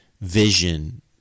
vision